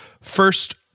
first